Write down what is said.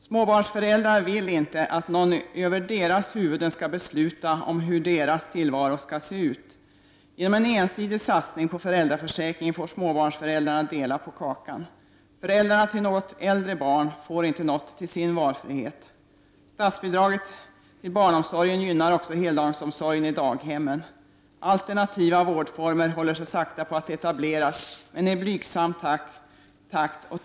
Småbarnsföräldrarna vill inte att man beslutar över deras huvuden om hur deras tillvaro skall se ut. Genom en ensidig satsning på föräldraförsäkringen får småbarnsföräldrarna dela på kakan. Föräldrarna till något äldre barn får inte något av valfrihet. Statsbidraget till barnomsorgen gynnar också heldagsomsorgen i daghemmen. Alternativa vårdformer håller sakta på att etableras. Men det sker alltså i blygsam takt.